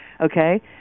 okay